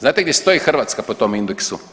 Znate gdje stoji Hrvatska po tom indeksu?